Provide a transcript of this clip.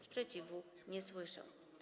Sprzeciwu nie słyszę.